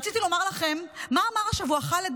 רציתי לומר לכם מה אמר השבוע חאלד